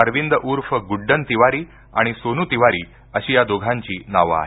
अरविंद ऊर्फ गुड्डन तिवारी आणि सोनू तिवारी अशी या दोघांची नावं आहेत